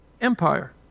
empire